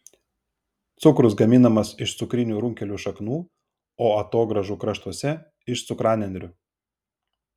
cukrus gaminamas iš cukrinių runkelių šaknų o atogrąžų kraštuose iš cukranendrių